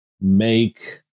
make